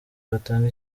batanga